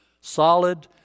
Solid